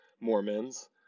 Mormons